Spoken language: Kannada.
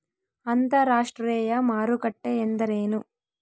ಅಂತರಾಷ್ಟ್ರೇಯ ಮಾರುಕಟ್ಟೆ ಎಂದರೇನು?